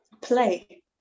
play